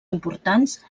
importants